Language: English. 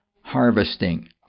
harvesting